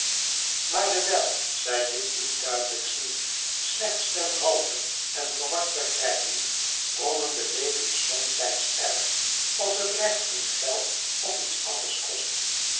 maar dewijl zij dit niet duidelijk zien slechts ten halve en verward begrijpen brommende leeken somtijds erg als het recht hun geld of iets anders kost